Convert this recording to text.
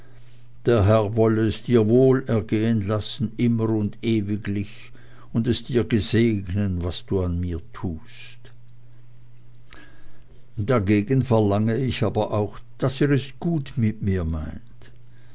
der herr wolle es dir wohl ergehen lassen immer und ewiglich und es dir gesegnen was du an mir tust dagegen verlange ich aber auch daß ihr es gut mit mir meint